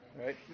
right